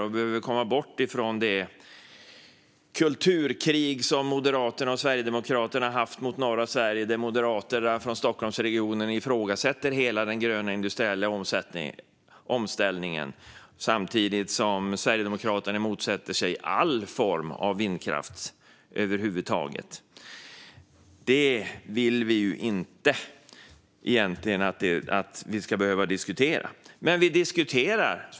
Vi behöver komma bort från det kulturkrig som Moderaterna och Sverigedemokraterna har bedrivit mot norra Sverige. Moderaterna från Stockholmsregionen ifrågasätter hela den gröna industriella omställningen, samtidigt som Sverigedemokraterna motsätter sig alla former av vindkraft över huvud taget. Vi vill egentligen inte att detta ska behöva diskuteras.